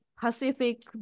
Pacific